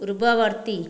ପୂର୍ବବର୍ତ୍ତୀ